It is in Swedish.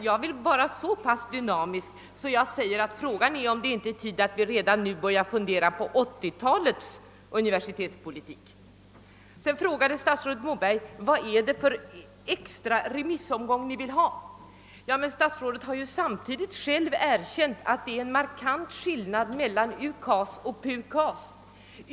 Jag vill vara så pass dynamisk att jag frågar mig, om vi inte redan nu bör börja utforma riktlinjerna för 1980-talets universitetspolitik. Statsrådet Moberg frågade vidare vad det är för extra remissomgång vi vill ha. Statsrådet har själv erkänt att det är en markant skillnad mellan UKAS och PUKAS.